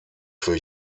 für